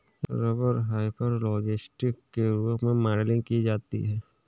rubber hyperelastic के रूप में मॉडलिंग की जाती है